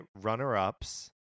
runner-ups